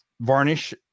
varnish